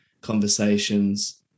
conversations